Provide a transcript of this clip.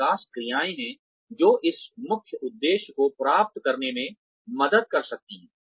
और विकास क्रियाएं हैं जो इस मुख्य उद्देश्य को प्राप्त करने में मदद कर सकती हैं